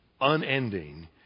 unending